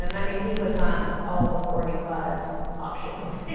and i mean he was on all the forty five options.